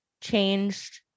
changed